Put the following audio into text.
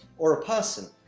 or a person,